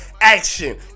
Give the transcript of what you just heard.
Action